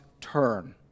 turn